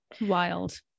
wild